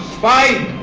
five